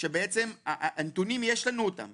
שבעצם יש לנו את הנתונים,